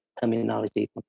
terminology